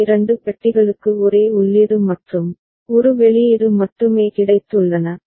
மற்ற இரண்டு பெட்டிகளுக்கு ஒரே உள்ளீடு மற்றும் ஒரு வெளியீடு மட்டுமே கிடைத்துள்ளன